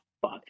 fuck